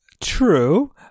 True